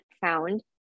found